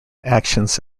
actions